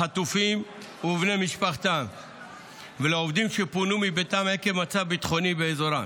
לחטופים ובני משפחותיהם ולעובדים שפונו מביתם עקב המצב הביטחוני באזורם.